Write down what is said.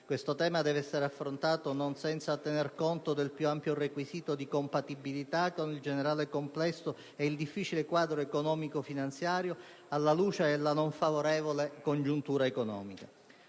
Questo tema deve essere affrontato non senza tener conto del più ampio requisito di compatibilità con il più generale complesso e difficile quadro economico-finanziario, alla luce della non favorevole congiuntura economica.